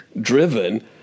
driven